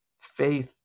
faith